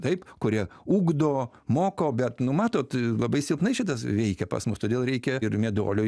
taip kurie ugdo moko bet nu matot labai silpnai šitas veikia pas mus todėl reikia ir meduolio